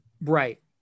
Right